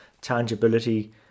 tangibility